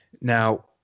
Now